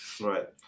Right